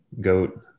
goat